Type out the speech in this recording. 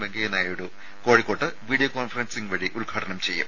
വെങ്കയ്യ നായിഡു കോഴിക്കോട്ട് video conferencing വഴി ഉദ്ഘാടനം ചെയ്യും